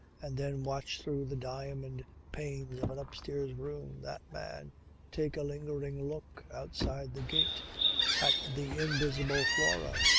and then watch through the diamond panes of an upstairs room that man take a lingering look outside the gate at the invisible flora,